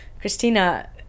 Christina